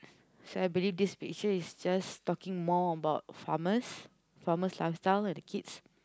so I believe this picture is just talking more about farmers farmers lifestyle where the kids